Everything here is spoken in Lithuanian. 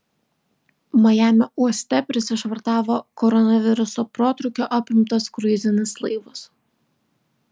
majamio uoste prisišvartavo koronaviruso protrūkio apimtas kruizinis laivas